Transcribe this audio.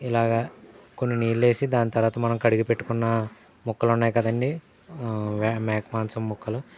ఇలాగా కొన్ని నీళ్ళేసి దాని తర్వాత మనం కడిగి పెట్టుకున్న ముక్కలున్నాయి కదండీ మే మేక మాంసం ముక్కలు